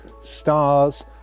stars